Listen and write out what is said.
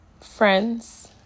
friends